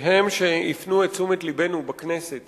שהם שהפנו את תשומת לבנו בכנסת